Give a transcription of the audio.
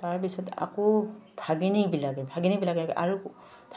তাৰপিছত আকৌ ভাগিনীবিলাকে ভাগিনীবিলাকে আৰু